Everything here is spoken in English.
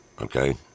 okay